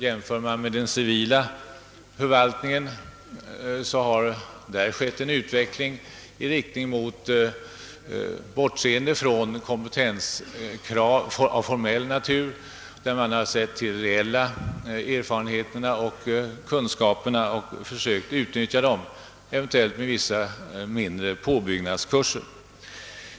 Jämför vi med den civila förvaltningen, har där skett en förändring i riktning mot bortseende från kompetenskrav av formell natur. Man tar i stället hänsyn till ' de reella erfarenheterna hos de anställda och kunskaperna och försöker utnyttja dem, eventuellt med vissa mindre påbyggnadskurser.